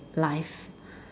life